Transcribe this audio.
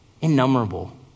innumerable